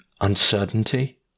uncertainty